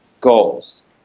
goals